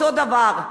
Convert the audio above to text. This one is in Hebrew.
אותו דבר,